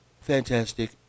fantastic